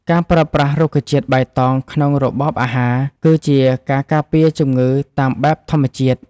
ការប្រើប្រាស់រុក្ខជាតិបៃតងក្នុងរបបអាហារ គឺជាការការពារជំងឺតាមបែបធម្មជាតិ។